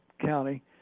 County